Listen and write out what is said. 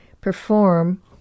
perform